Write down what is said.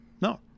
No